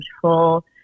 control